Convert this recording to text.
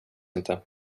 inte